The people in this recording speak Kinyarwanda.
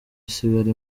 isigara